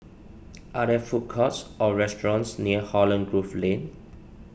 are there food courts or restaurants near Holland Grove Lane